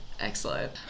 Excellent